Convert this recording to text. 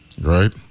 right